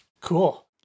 Cool